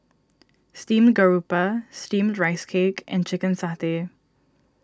Steamed Garoupa Steamed Rice Cake and Chicken Satay